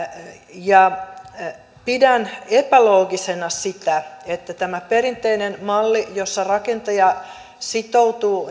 pidän epäloogisena sitä että tämä perinteinen malli jossa rakentaja sitoutuu